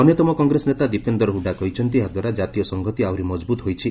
ଅନ୍ୟତମ କଂଗ୍ରେସ ନେତା ଦିପେନ୍ଦର ହୁଡ଼ା କହିଛନ୍ତି ଏହାଦ୍ୱାରା ଜାତୀୟ ସଂହତି ଆହୁରି ମଜବୁତ୍ ହୋଇଛି